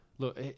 Look